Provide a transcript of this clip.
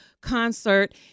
concert